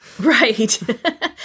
Right